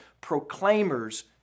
proclaimers